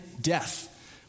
death